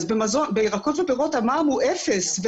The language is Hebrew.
אז בירקות ובפירות אמרנו אפס.